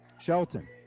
Shelton